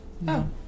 No